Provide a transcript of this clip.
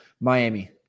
Miami